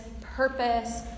purpose